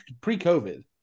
pre-COVID